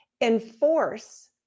enforce